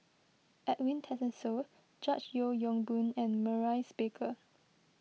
Edwin Tessensohn George Yeo Yong Boon and Maurice Baker